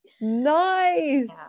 Nice